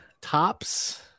tops